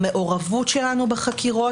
המעורבות שלנו בחקירות.